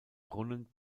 brunnen